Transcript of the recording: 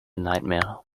nightmare